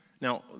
Now